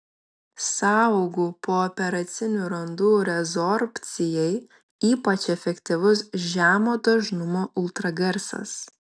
sąaugų pooperacinių randų rezorbcijai ypač efektyvus žemo dažnumo ultragarsas